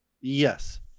Yes